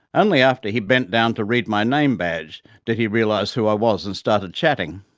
only after he bent down to read my name badge did he realize who i was and started chatting.